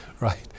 Right